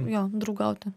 jo draugauti